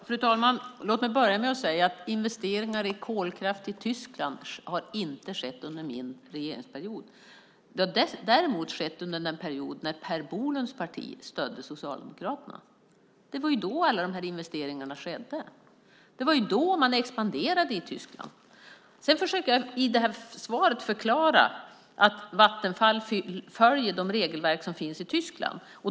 Fru talman! Låt mig börja med att säga att investeringar i kolkraft i Tyskland inte har skett under min regeringsperiod. Det har däremot skett under den period då Per Bolunds parti stödde Socialdemokraterna. Det var då alla dessa investeringar skedde. Det var då som man expanderade i Tyskland. Sedan försöker jag att i svaret förklara att Vattenfall följer de regelverk som finns i Tyskland.